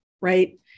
right